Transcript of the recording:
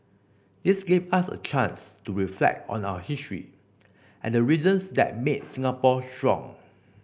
this gave us a chance to reflect on our history and the reasons that made Singapore strong